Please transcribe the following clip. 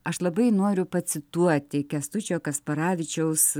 aš labai noriu pacituoti kęstučio kasparavičiaus